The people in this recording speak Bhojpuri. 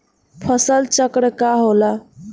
फसल चक्र का होला?